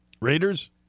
Raiders